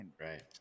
right